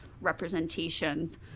representations